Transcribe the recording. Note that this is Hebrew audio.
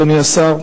אדוני השר,